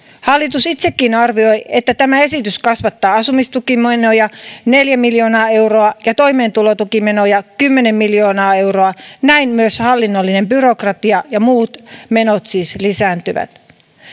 hallitus itsekin arvioi että tämä esitys kasvattaa asumistukimenoja neljä miljoonaa euroa ja toimeentulotukimenoja kymmenen miljoonaa euroa näin myös hallinnollinen byrokratia ja muut menot siis lisääntyvät